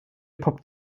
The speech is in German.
poppt